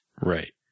right